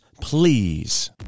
please